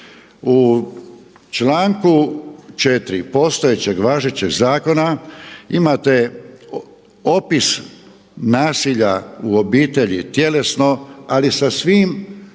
u članku 4. postojećeg, važećeg zakona imate opis nasilja u obitelji tjelesno ali sa svim,